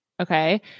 Okay